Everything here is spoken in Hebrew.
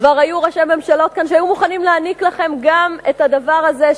כבר היו ראשי ממשלות כאן שהיו מוכנים להעניק לכם גם את הדבר הזה,